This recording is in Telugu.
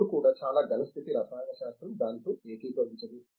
ఇప్పుడు కూడా చాలా ఘన స్థితి రసాయన శాస్త్రం దానితో ఏకీభవించదు